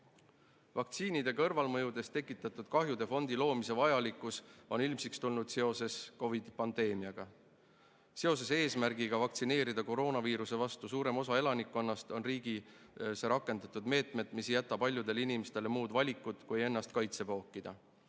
tugi. Vaktsiinide kõrvalmõjudest tekitatud kahjude [hüvitamise] fondi loomise vajalikkus on ilmsiks tulnud seoses COVID-i pandeemiaga. Seoses eesmärgiga vaktsineerida koroonaviiruse vastu suurem osa elanikkonnast on riigis rakendatud meetmed, mis ei jäta paljudele inimestele muud valikut kui ennast kaitsepookida.